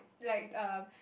like um